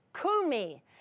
kumi